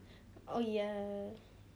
oh ya